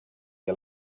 que